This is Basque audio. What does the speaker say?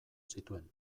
zituen